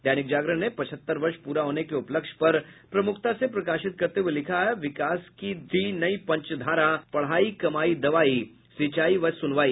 दैनिक जागरण ने पचहत्तर वर्ष पूरा होने के उपलक्ष्य पर प्रमुखता से प्रकाशित करते हुए लिखा है विकास की दी नई पंचधारा पढ़ाई कमाई दवाई सिंचाई व सुनवाई